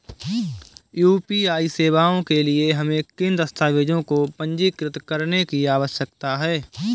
UPI सेवाओं के लिए हमें किन दस्तावेज़ों को पंजीकृत करने की आवश्यकता है?